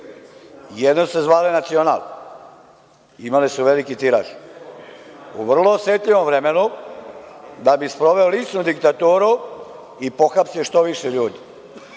Jedne su se zvale „Nacional“, imale su veliki tiraž. U vrlo osetljivom vremenu da bi sproveo ličnu diktaturu i pohapsio što više ljudi. Moj